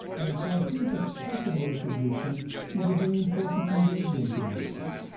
and so i think that pattern recognition is a very important ingredient to wisdom.